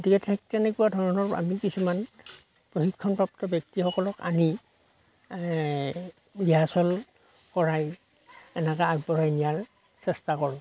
গতিকে ঠিক তেনেকুৱা ধৰণৰ আমি কিছুমান প্ৰশিক্ষণপ্ৰাপ্ত ব্যক্তিসকলক আনি এই ৰিহাচল কৰাই এনেকা আগবঢ়াই নিয়াৰ চেষ্টা কৰোঁ